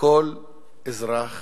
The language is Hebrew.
כל אזרח